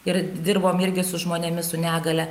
ir dirbom irgi su žmonėmis su negalia